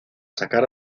sacar